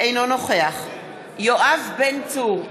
אינו נוכח יואב בן צור,